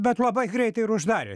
bet labai greitai ir uždarė